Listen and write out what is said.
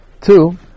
Two